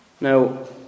now